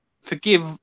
forgive